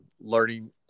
learning